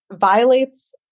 violates